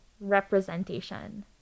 representation